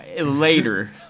later